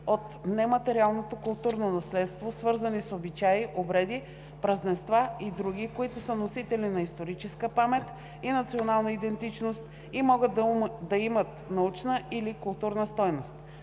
от нематериалното културно наследство, свързани с обичаи, обреди, празненства и други, които са носители на историческа памет и национална идентичност и могат да имат научна или културна стойност.